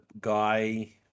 guy